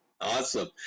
Awesome